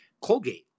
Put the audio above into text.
Colgate